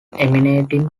emanating